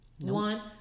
One